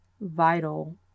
vital